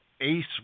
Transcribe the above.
ace